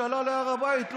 שעלה להר הבית.